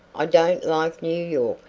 i don't like new york.